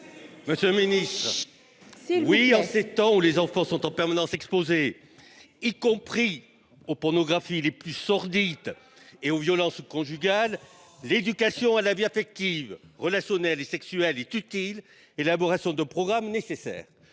Monsieur le ministre, oui, en ces temps où les enfants sont en permanence exposés, y compris à la pornographie la plus sordide et aux violences conjugales, l’éducation à la vie affective, relationnelle et sexuelle est utile et l’élaboration d’un programme nécessaire.